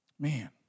Man